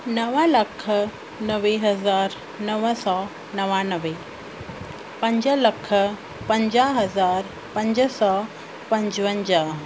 नव लख नवे हज़ार नव सौ नवानवे पंज लख पंजाह हज़ार पंज सौ पंजवंजाहु